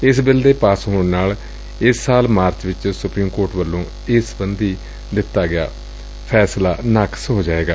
ਏਸ ਬਿੱਲ ਦੇ ਪਾਸ ਹੋਣ ਨਾਲ ਏਸ ਸਾਲ ਮਾਰਚ ਵਿਚ ਸੁਪਰੀਮ ਕੋਰਟ ਵੱਲੋਂ ਏਸ ਸਬੰਧੀ ਦਿੱਤਾ ਗਿਆ ਫੈਸਲਾ ਨਾਕਸ ਹੋ ਜਾਏਗਾ